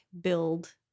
build